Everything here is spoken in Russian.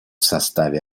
составе